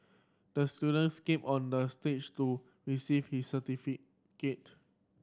the student skated on the stage to receive his certificate